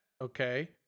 okay